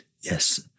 Yes